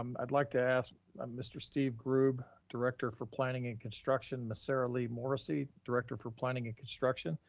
and i'd like to ask um mr. steve grube, director for planning and construction, saralee morrissey, director for planning and construction.